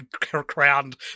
crowned